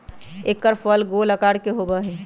एकर फल गोल आकार के होबा हई